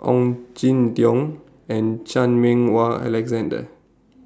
Ong Jin Teong and Chan Meng Wah Alexander